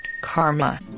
karma